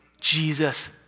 Jesus